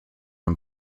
him